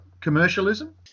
commercialism